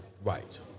Right